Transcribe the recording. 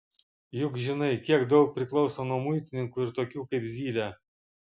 juk žinai kiek daug priklauso nuo muitininkų ir tokių kaip zylė